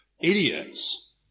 idiots